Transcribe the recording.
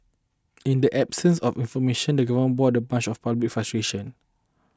in the absence of information the government bore the brunt of public frustration